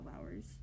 hours